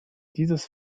dieses